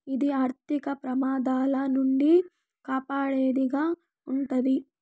ఇది ఆర్థిక ప్రమాదాల నుండి కాపాడేది గా ఉంటది